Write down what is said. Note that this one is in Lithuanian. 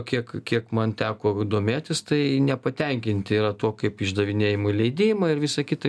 kiek kiek man teko domėtis tai nepatenkinti yra tuo kaip išdavinėjami leidimai ir visa kita